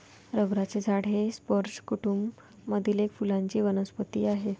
रबराचे झाड हे स्पर्ज कुटूंब मधील एक फुलांची वनस्पती आहे